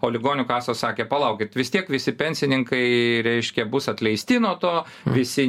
o ligonių kasos sakė palaukit vis tiek visi pensininkai reiškia bus atleisti nuo to visi